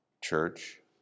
church